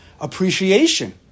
appreciation